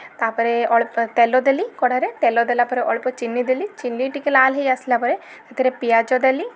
ତା'ପରେ ଅଳ୍ପ ତେଲ ଦେଲି କଡ଼ାରେ ତେଲ ଦେଲା ପରେ ଅଳ୍ପ ଚିନି ଦେଲି ଚିନି ଟିକେ ଲାଲ୍ ହେଇ ଆସିଲା ପରେ ସେଥିରେ ପିଆଜ ଦେଲି